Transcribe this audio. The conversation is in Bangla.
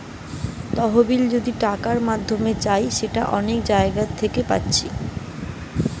তহবিল যদি টাকার মাধ্যমে চাই সেটা অনেক জাগা থিকে পাচ্ছি